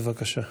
בבקשה.